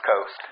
Coast